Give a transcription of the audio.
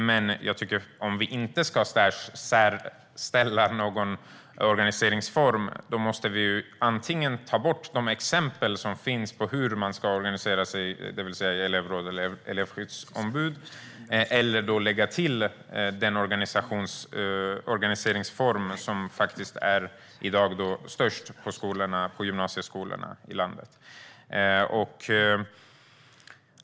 Men jag tycker att om vi inte ska särställa någon organiseringsform måste vi antingen ta bort de exempel som finns på hur man ska organisera sig, det vill säga elevråd och elevskyddsombud, eller lägga till den organiseringsform som i dag är störst på landets gymnasieskolor.